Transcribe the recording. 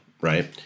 right